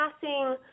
passing